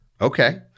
Okay